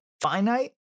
finite